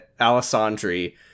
Alessandri